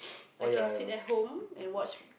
I can sit at home and watch